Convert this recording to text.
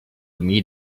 another